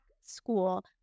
school